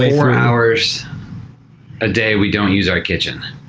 four hours a day we don't use our kitchen.